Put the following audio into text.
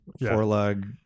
four-leg